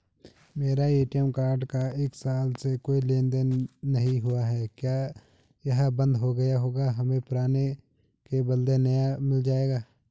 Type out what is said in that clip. मेरा ATM card का एक साल से कोई लेन देन नहीं हुआ है क्या यह बन्द हो गया होगा हमें पुराने के बदलें नया मिल जाएगा?